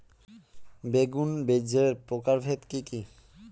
বেগুন বীজের প্রকারভেদ কি কী?